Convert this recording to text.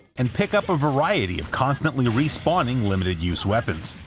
and pick up a variety of constantly-respawning limited use weapons.